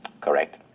Correct